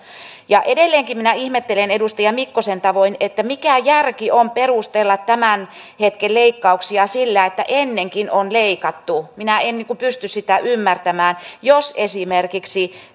ja edelleenkin minä ihmettelen edustaja mikkosen tavoin että mikä järki on perustella tämän hetken leikkauksia sillä että ennenkin on leikattu minä en pysty sitä ymmärtämään jos esimerkiksi